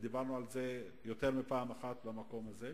דיברנו על זה יותר מפעם אחת במקום הזה.